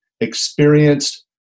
experienced